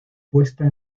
puesta